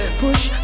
push